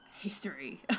history